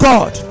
God